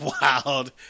wild